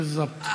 בזאבט.